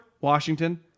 Washington